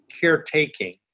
caretaking